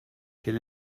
quel